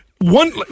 One